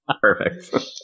Perfect